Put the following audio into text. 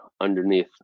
underneath